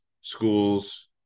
schools